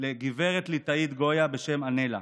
לגברת ליטאית גויה בשם אנלה,